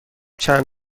چند